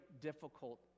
difficult